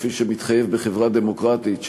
כפי שמתחייב בחברה דמוקרטית,